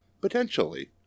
Potentially